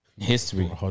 History